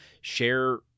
share